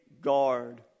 guard